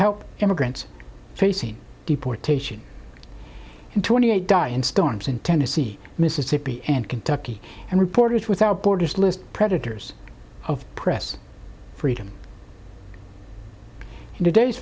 help immigrants facing deportation and twenty eight die in storms in tennessee mississippi and kentucky and reporters without borders list predators of press freedom and today's